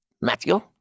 Matthew